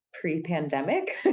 pre-pandemic